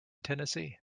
tennessee